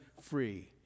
free